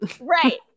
Right